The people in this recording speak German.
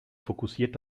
fokussiert